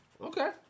Okay